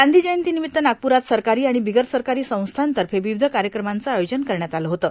गांधी जयंती निमित्त नागपुरात सरकारी आणि बिगर सरकारी संस्थांतर्फे विविध कार्यक्रमांचं आयोजन करण्यात आलं होतं